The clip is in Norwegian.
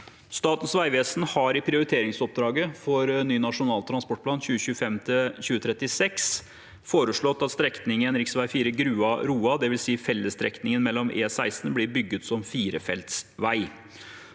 Statens vegvesen har i prioriteringsoppdraget for ny Nasjonal transportplan 2025–2036 foreslått at strekningen rv. 4 Grua–Roa, dvs. fellesstrekningen med E16, blir bygd som firefelts vei.